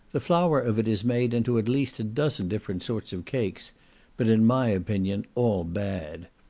the flour of it is made into at least a dozen different sorts of cakes but in my opinion all bad.